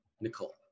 Nicole